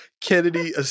Kennedy